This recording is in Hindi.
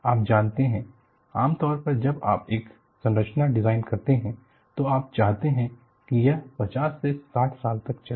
आप जानते हैं आम तौर पर जब आप एक संरचना डिजाइन करते हैं तो आप चाहते हैं कि यह 50 से 60 साल तक चले